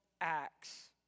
acts